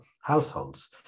households